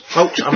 Folks